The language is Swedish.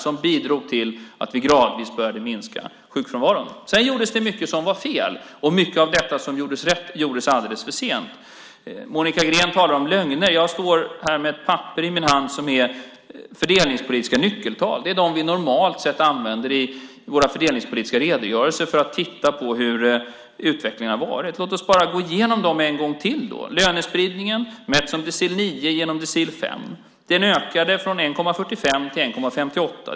Det bidrog till att vi gradvis började minska sjukfrånvaron. Sedan gjordes det mycket som var fel, och mycket av det som gjordes rätt gjordes alldeles för sent. Monica Green talar om lögner. Jag står här med ett papper i min hand med de fördelningspolitiska nyckeltalen. Det är dem vi normalt sett använder i våra fördelningspolitiska redogörelser för att titta på hur utvecklingen har varit. Låt oss gå igenom dem en gång till då! Lönespridningen, mätt som decil 9 genom decil 5, ökade från 1,45 till 1,58.